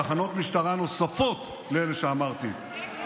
תחנות משטרה נוספות לאלה שאמרתי,